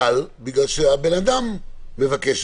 יבוא: הגדרות